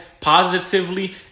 positively